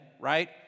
right